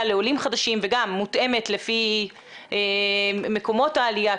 לעולים חדשים וגם מותאמת לפי מקומות העלייה,